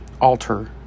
alter